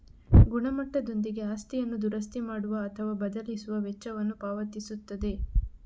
ಗುಣಮಟ್ಟದೊಂದಿಗೆ ಆಸ್ತಿಯನ್ನು ದುರಸ್ತಿ ಮಾಡುವ ಅಥವಾ ಬದಲಿಸುವ ವೆಚ್ಚವನ್ನು ಪಾವತಿಸುತ್ತದೆ